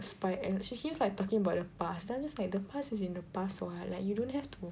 spy and she keeps like talking about the past then I'm just like the past is in the past what like you don't have to